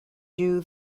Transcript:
jew